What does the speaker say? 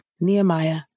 Nehemiah